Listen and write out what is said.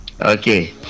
Okay